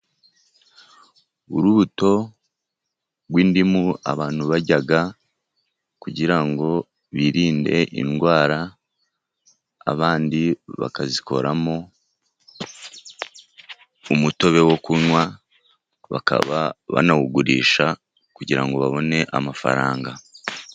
Urubuto rw'indimu abantu barya kugira ngo birinde indwara, abandi bakazikoramo umutobe wo kunywa, bakaba banawugurisha kugira ngo babone amafaranga.